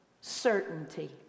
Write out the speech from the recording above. certainty